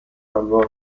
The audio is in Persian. همراه